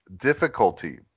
difficulty